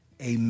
Amen